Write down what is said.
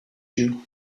you